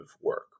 work